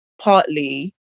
partly